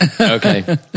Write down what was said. Okay